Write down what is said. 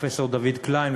פרופסור דוד קליין,